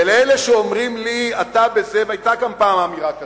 ולאלה שאומרים לי, והיתה פעם גם אמירה כזאת: